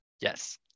Yes